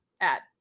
at-